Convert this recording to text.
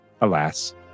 alas